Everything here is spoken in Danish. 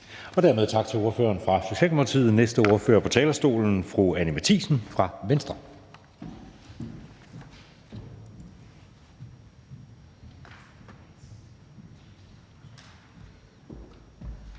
Dermed tak til ordføreren fra Socialdemokratiet. Den næste ordfører på talerstolen er fru Anni Matthiesen fra Venstre.